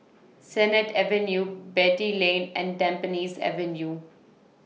Sennett Avenue Beatty Lane and Tampines Avenue